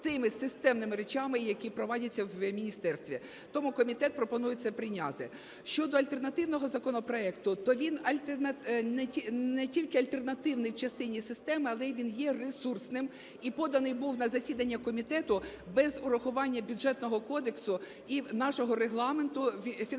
з тими системними речами, які проводяться в міністерстві. Тому комітет пропонує це прийняти. Щодо альтернативного законопроекту, то він не тільки альтернативний в частині системи, але він є ресурсним і поданий був на засідання комітету без урахування Бюджетного кодексу і нашого Регламенту,